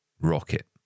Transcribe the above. Rocket